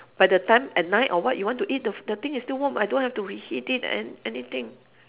by the time at night or what you want to eat the f~ the thing is still warm I don't have to reheat it and anything